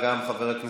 גם היא שלך,